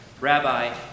Rabbi